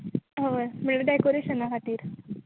हय म्हणल्यार डेकोरेशना खातीर